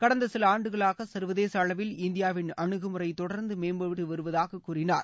கடந்த சில ஆண்டுகளாக சர்வதேச அளவில் இந்தியாவின் அனுகுமுறை தொடர்ந்து மேம்பட்டு வருவதாக கூறினார்